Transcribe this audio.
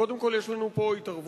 קודם כול, יש לנו פה התערבות